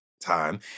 time